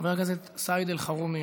חבר הכנסת סעיד אלחרומי,